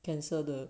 cancel the